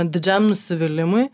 didžiam nusivylimui